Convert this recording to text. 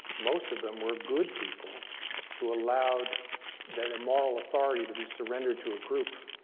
most of them were good people who allowed their their moral authority to be surrendered to a group.